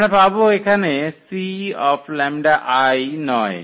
আমরা পাব এখানে c λi নয়